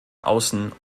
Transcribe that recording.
außen